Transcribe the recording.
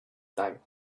time